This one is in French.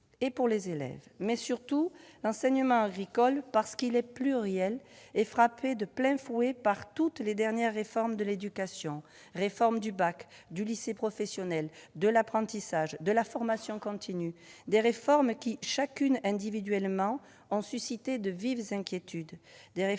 pour les élèves. Mais, surtout, l'enseignement agricole, parce qu'il est pluriel, est frappé de plein fouet par toutes les dernières réformes de l'éducation : celles du baccalauréat, du lycée professionnel, de l'apprentissage, de la formation continue. Ces réformes, prises individuellement, ont suscité de vives inquiétudes.